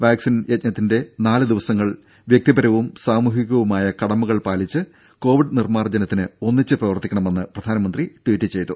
vaccine യജ്ഞത്തിന്റെ നാല് ദിവസങ്ങൾ വ്യക്തിപരവും സാമൂഹികവുമായ കടമകൾ പാലിച്ച് കോവിഡ് നിർമ്മാർജ്ജനത്തിന് ഒന്നിച്ച് പ്രവർത്തിക്കണമെന്ന് പ്രധാനമന്ത്രി ട്വീറ്റ് ചെയ്തു